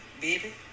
Baby